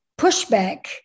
pushback